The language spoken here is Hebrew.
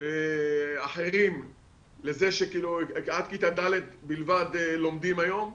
אחרים לזה שעד כיתה ד' בלבד לומדים היום,